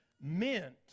meant